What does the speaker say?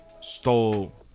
stole